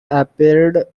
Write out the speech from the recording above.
appeared